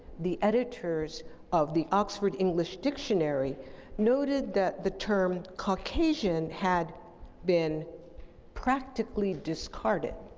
the editors of the oxford english dictionary noted that the term caucasian had been practically discarded.